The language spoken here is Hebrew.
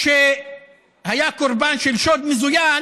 שהיה קורבן של שוד מזוין: